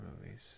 movies